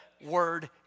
word